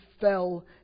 fell